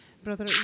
brother